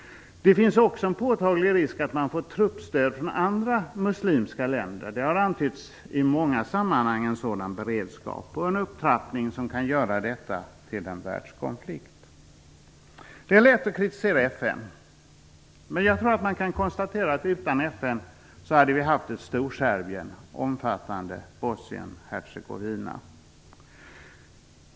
Det finns också en påtaglig risk att man får truppstöd från andra muslimska länder. I många sammanhang har en sådan beredskap antytts. En sådan upptrappning kan göra detta till en världskonflikt. Det är lätt att kritisera FN. Men jag tror att man kan konstatera att utan FN skulle vi ha haft ett Storserbien omfattande Bosnien-Hercegovina.